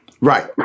Right